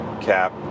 cap